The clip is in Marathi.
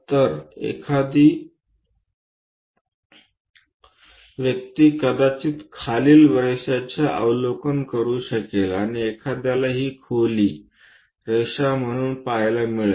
तर एखादी व्यक्ती कदाचित खालील रेषाचे अवलोकन करू शकेल आणि एखाद्याला ही खोली रेषा म्हणून पहायला मिळेल